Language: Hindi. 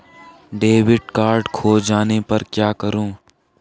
डेबिट कार्ड खो जाने पर क्या करूँ?